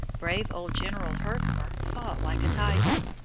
brave old general herkimer fought like a tiger.